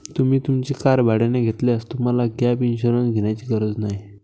तुम्ही तुमची कार भाड्याने घेतल्यास तुम्हाला गॅप इन्शुरन्स घेण्याची गरज नाही